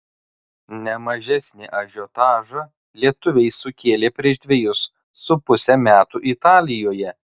ne mažesnį ažiotažą lietuviai sukėlė prieš dvejus su puse metų italijoje